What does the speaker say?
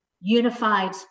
Unified